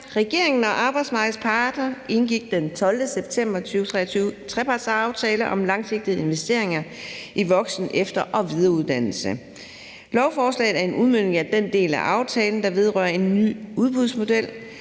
Regeringen og arbejdsmarkedets parter indgik den 12. september 2023 en trepartsaftale om langsigtede investeringer i voksen-, efter- og videreuddannelse. Lovforslaget er en udmøntning af den del af aftalen, der vedrører en ny udbudsmodel